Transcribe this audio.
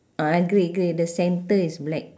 ah grey grey the centre is black